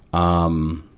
um,